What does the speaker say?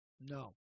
No